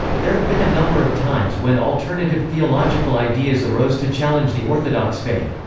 there have been a number of times when alternative theological ideas arose to challenge the orthodox faith.